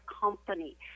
company